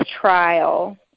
trial